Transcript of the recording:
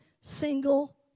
single